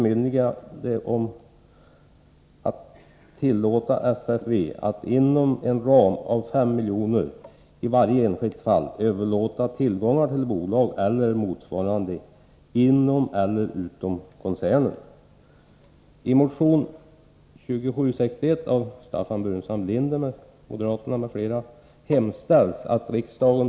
Motionsyrkandena rör FFV och NCB. aktiebolag.